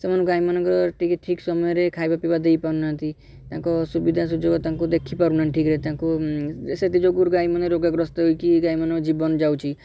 ସେମାନେ ଗାଈମାନଙ୍କର ଟିକେ ଠିକ୍ ସମୟରେ ଖାଇବା ପିଇବା ଦେଇ ପାରୁନାହାଁନ୍ତି ତାଙ୍କ ସୁବିଧା ସୁଯୋଗ ତାଙ୍କୁ ଦେଖି ପାରୁନାହାଁନ୍ତି ଠିକ୍ରେ ତାଙ୍କୁ ସେଥିଯୋଗୁଁ ଗାଈମାନେ ରୋଗାଗ୍ରସ୍ତ ହେଇକି ଗାଈମାନଙ୍କ ଜୀବନ ଯାଉଛି